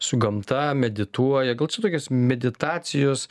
su gamta medituoja gal čia tokios meditacijos